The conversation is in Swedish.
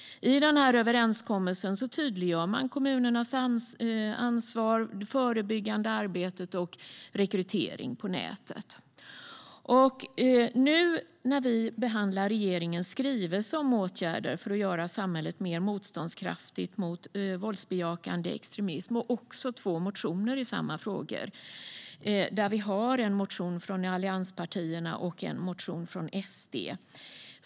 I överenskommelsen tydliggör man kommunernas ansvar, det förebyggande arbetet och rekryteringen på nätet. Nu behandlar vi regeringens skrivelse om åtgärder för att göra samhället mer motståndskraftigt mot våldsbejakande extremism och två motioner i samma frågor. Det finns en motion från allianspartierna och en motion från SD.